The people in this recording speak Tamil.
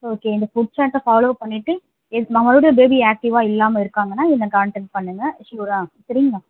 ஓகே இந்த ஃபுட் சார்ட்டை ஃபாலோ பண்ணிவிட்டு எத் மறுபடியும் பேபி ஆக்டிவாக இல்லாமல் இருக்காங்கன்னால் என்னை கான்டெக்ட் பண்ணுங்க ஷ்யூராக சரிங்களா